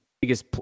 biggest